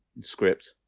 script